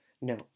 No